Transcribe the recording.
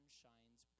shines